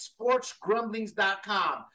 sportsgrumblings.com